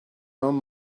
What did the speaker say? own